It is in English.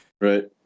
Right